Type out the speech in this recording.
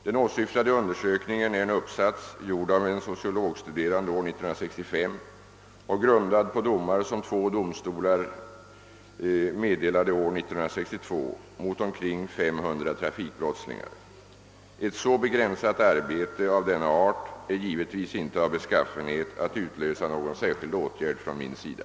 Den åsyftade undersökningen är en uppsats, gjord av en sociologistuderande år 1965 och grundad på domar som två domstolar meddelade år 1962 mot omkring 500 trafikbrottsåtalade personer. Ett begränsat arbete av denna art är givetvis inte av beskaffenhet att utlösa någon särskild åtgärd från min sida.